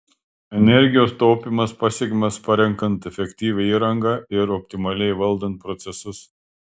energijos taupymas pasiekiamas parenkant efektyvią įrangą ir optimaliai valdant procesus